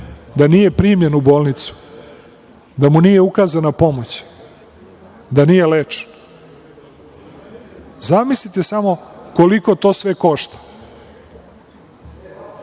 da nije primljen u bolnicu, da mu nije ukazana pomoć, da nije lečen. Zamislite samo koliko sve to košta.